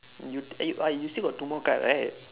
you eh uh you still got two more card right